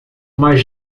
mais